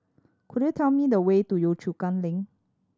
could you tell me the way to Yio Chu Kang Link